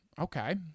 Okay